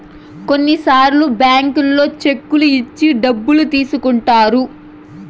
కొన్నిసార్లు బ్యాంకుల్లో చెక్కులు ఇచ్చి డబ్బులు తీసుకుంటారు